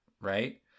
right